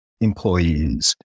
employees